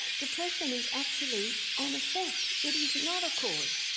depression is actually an effect, it is not a cause.